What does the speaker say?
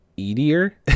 easier